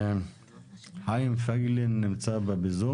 חיים פייגלין נמצא בזום?